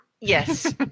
Yes